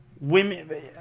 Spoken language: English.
women